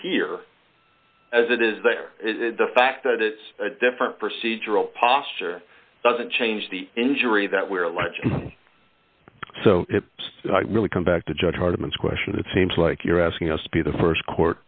here as it is there the fact that it's a different procedural posture doesn't change the injury that we are alleging so i really come back to judge arguments question it seems like you're asking us to be the st court